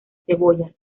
cebollas